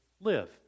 live